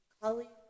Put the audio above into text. colleagues